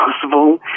possible